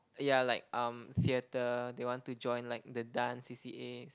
yeah like um theatre they want to join like the dance C_C_As